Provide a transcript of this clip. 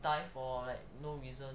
die for like no reason